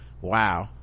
wow